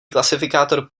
klasifikátor